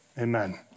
amen